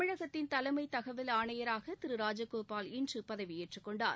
தமிழகத்தின் தலைமை தகவல் ஆணையராக திரு ராஜகோபால் இன்று பதவியேற்றுக் கொண்டார்